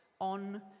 on